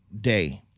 day